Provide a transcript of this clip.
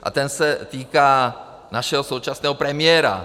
A ten se týká našeho současného premiéra.